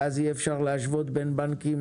ואז אי אפשר להשוות בין בנקים